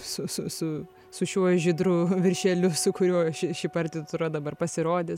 su su su su šiuo žydru viršeliu su kuriuo ši ši partitūra dabar pasirodys